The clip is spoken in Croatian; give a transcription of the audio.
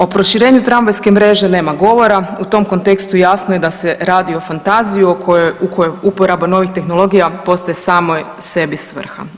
O proširenju tramvajske mreže nema govora, u tom kontekstu jasno je da se radi o fantaziji u kojoj uporaba novih tehnologija postaje samoj sebi svrha.